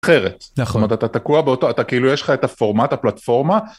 אחרת. נכון. זאת אומרת, אתה תקוע באותו, אתה כאילו, יש לך את הפורמט, הפלטפורמה.